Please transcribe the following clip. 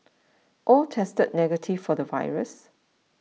all tested negative for the virus